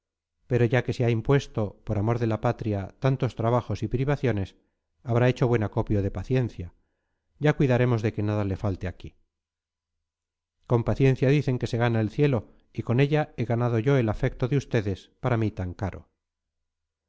pero ya que se ha impuesto por amor de la patria tantos trabajos y privaciones habrá hecho buen acopio de paciencia ya cuidaremos de que nada le falte aquí con paciencia dicen que se gana el cielo y con ella he ganado yo el afecto de ustedes para mí tan caro